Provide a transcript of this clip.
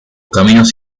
caminos